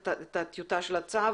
את הטיוטה של הצו,